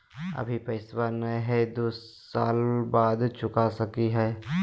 अभि पैसबा नय हय, दू साल बाद चुका सकी हय?